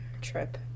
trip